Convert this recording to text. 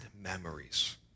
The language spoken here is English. memories